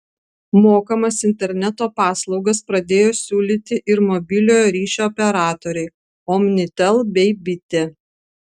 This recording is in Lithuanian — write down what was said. mokamas interneto paslaugas pradėjo siūlyti ir mobiliojo ryšio operatoriai omnitel bei bitė